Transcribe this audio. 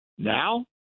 Now